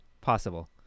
possible